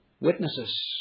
Witnesses